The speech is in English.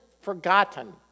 forgotten